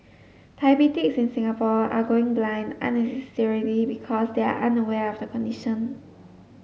diabetics in Singapore are going blind unnecessarily because they are unaware of the condition